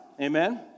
Amen